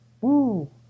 Woo